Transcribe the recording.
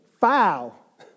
foul